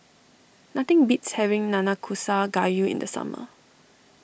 nothing beats having Nanakusa Gayu in the summer